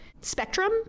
spectrum